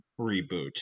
reboot